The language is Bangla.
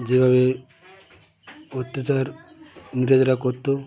যে ভাবে অত্যাচার ইংরেজরা করত